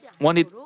wanted